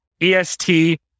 EST